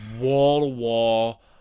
wall-to-wall